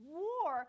war